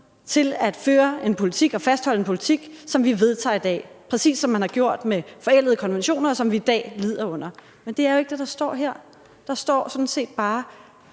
til at føre en politik og fastholde en politik, som vi vedtager i dag – præcis som man har gjort med forældede konventioner, som vi i dag lider under. Men det er jo ikke det, der står her. Der står jo sådan set bare,